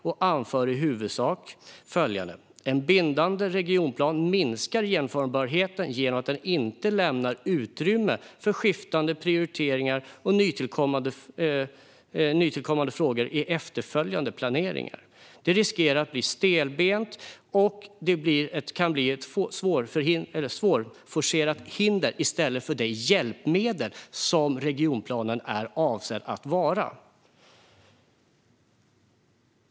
I huvudsak anförs följande: En bindande regionplan minskar genomförbarheten genom att den inte lämnar utrymme för skiftande prioriteringar och nytillkommande frågor i efterföljande planeringar. Det riskerar att bli stelbent, och regionplanen kan bli ett svårforcerat hinder i stället för det hjälpmedel som den är avsedd att vara.